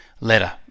letter